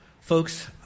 Folks